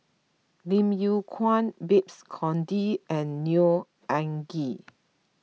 Lim Yew Kuan Babes Conde and Neo Anngee